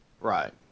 Right